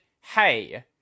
hey